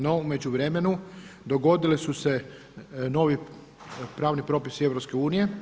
No, u međuvremenu dogodili su se novi pravni propisi EU.